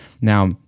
Now